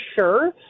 sure